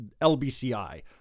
LBCI